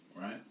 Right